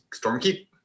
Stormkeep